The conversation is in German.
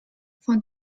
von